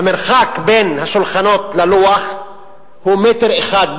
המרחק בין השולחנות ללוח הוא מטר אחד,